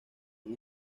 han